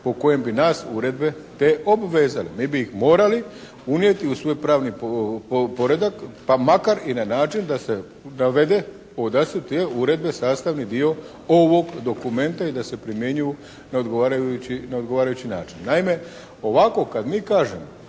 po kojem bi nas uredbe te obvezale, ne bi ih morali unijeti u svoj pravni poredak pa makar i na način da se navede … /Ne razumije se./ … uredbe sastavni dio ovog dokumenta i da se primjenjuju na odgovarajući način. Naime ovako kad mi kažemo